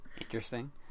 Interesting